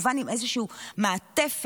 כמובן עם איזושהי מעטפת.